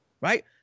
right